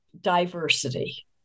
diversity